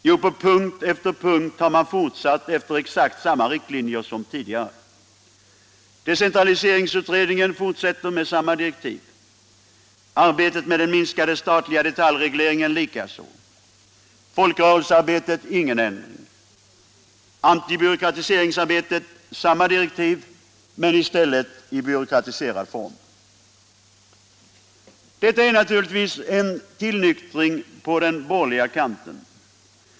Jo, på punkt efter punkt har man fortsatt efter exakt samma riktlinjer som tidigare. Decentraliseringsutredningen fortsätter med samma direktiv, arbetet med den minskade statliga detaljregleringen likaså. Folkrörelsearbetet: ingen ändring. Antibyråkratiseringsarbetet: samma direktiv men i stället i byråkratiserad form. Detta är naturligtvis en tillnyktring på den borgerliga kanten.